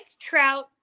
Trout